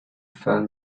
fun